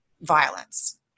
violence